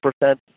percent